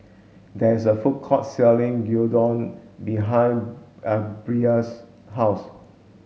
there is a food court selling Gyudon behind Bryce's house